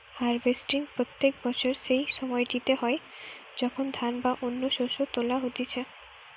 harvesting প্রত্যেক বছর সেই সময়টিতে হয় যখন ধান বা অন্য শস্য তোলা হতিছে